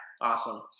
Awesome